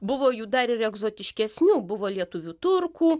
buvo jų dar ir egzotiškesnių buvo lietuvių turkų